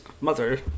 mother